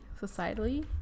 societally